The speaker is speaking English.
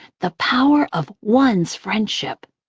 the power of one's friendship.